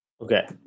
Okay